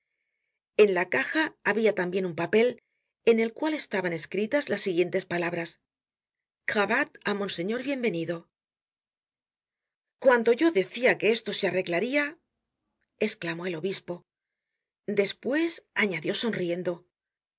en la caja habia tambien un papel en el cual estaban escritas las siguientes palabras cravatte á monseñor bienvenido cuando yo decia que esto se arreglaria esclamó el obispo despues añadió sonriendo á